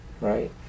right